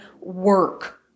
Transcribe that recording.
work